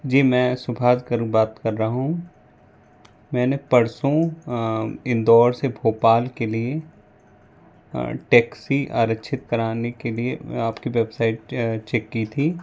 जी मैं सुभाषकर बात कर रहा हूँ मैंने परसों इंदौर से भोपाल के लिए टैक्सी आरक्षित कराने के लिए आपकी वेबसाइट चेक की थी